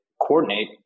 coordinate